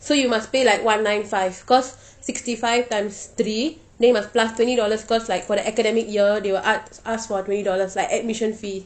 so you must pay like one nine five cause sixty five times three then you must plus twenty dollars cause like for the academic year they will arts ask for twenty dollars like admission fee